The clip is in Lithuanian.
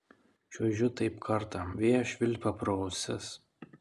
čiuožiu taip kartą vėjas švilpia pro ausis